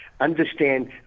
understand